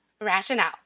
Rationale